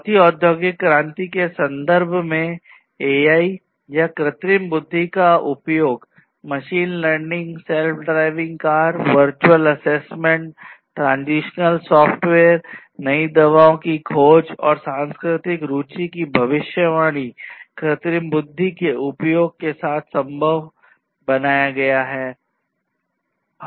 चौथी औद्योगिक क्रांति के संदर्भ में एआई या कृत्रिम बुद्धि का उपयोग machine learning self driving car virtual assessment नई दवाओं की खोज और सांस्कृतिक रुचि की भविष्यवाणी कृत्रिम बुद्धि के उपयोग के साथ संभव बनाया गया है